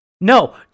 No